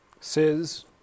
says